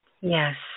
Yes